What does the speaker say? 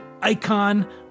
icon